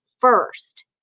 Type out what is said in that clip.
first